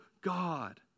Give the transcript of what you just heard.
God